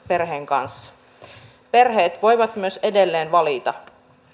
perheen kanssa perheet voivat myös edelleen valita